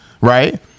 right